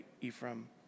Ephraim